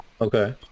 Okay